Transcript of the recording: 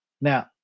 Now